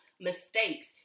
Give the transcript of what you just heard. mistakes